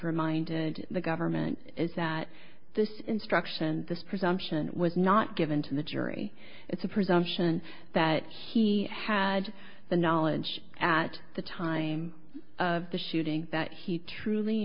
reminded the government is that this instruction this presumption was not given to the jury it's a presumption that he had the knowledge at the time of the shooting that he truly